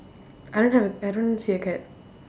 I don't have I don't see a cat